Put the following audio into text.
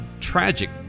tragic